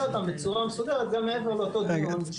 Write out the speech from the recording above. אותן בצורה מסודרת גם מעבר לאותו דיון.